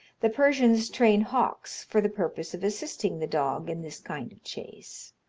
the persians train hawks for the purpose of assisting the dog in this kind of chase.